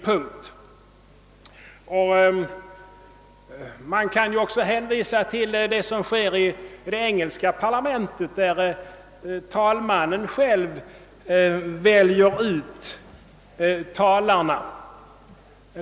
Man kan naturligtvis också hänvisa till arbetssättet i det engelska parlamentet, där talmannen själv väljer ut talarna.